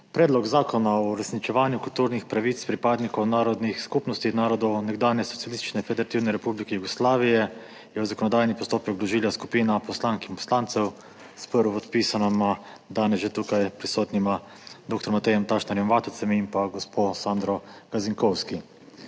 Predlog zakona o uresničevanju kulturnih pravic pripadnikov narodnih skupnosti narodov nekdanje Socialistične federativne republike Jugoslavije v Republiki Sloveniji je v zakonodajni postopek vložila skupina poslank in poslancev s prvopodpisanima, danes že tukaj prisotnima, dr. Matejem Tašnerjem Vatovcem in gospo Sandro Gazinkovski.